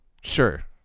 Sure